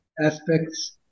aspects